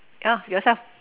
yeah yourself